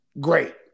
great